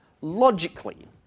Logically